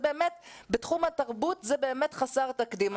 בתחום התרבות זה באמת חסר תקדים.